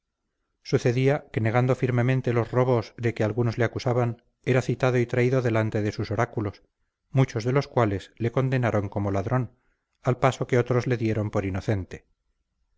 manos sucedía que negando firmemente los robos de que algunos le acusaban era citado y traído delante de sus oráculos muchos de los cuales le condenaron como ladrón al paso que otros le dieron por inocente